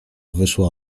wyszła